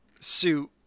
suit